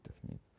technique